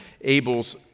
Abel's